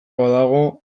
badago